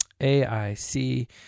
AIC